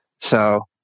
So-